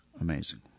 amazing